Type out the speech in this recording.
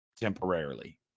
temporarily